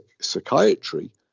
psychiatry